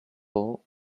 all